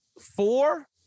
four